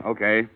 Okay